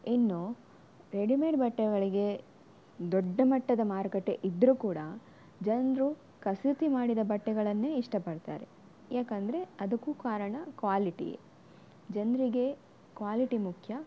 ಇನ್ನು ರೆಡಿಮೇಡ್ ಬಟ್ಟೆಗಳಿಗೆ ದೊಡ್ಡ ಮಟ್ಟದ ಮಾರುಕಟ್ಟೆ ಇದ್ದರು ಕೂಡ ಜನರು ಕಸೂತಿ ಮಾಡಿದ ಬಟ್ಟೆಗಳನ್ನೆ ಇಷ್ಟಪಡ್ತಾರೆ ಯಾಕೆಂದ್ರೆ ಅದಕ್ಕು ಕಾರಣ ಕ್ವಾಲಿಟಿಯೇ ಜನರಿಗೆ ಕ್ವಾಲಿಟಿ ಮುಖ್ಯ